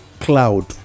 cloud